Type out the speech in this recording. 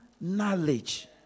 knowledge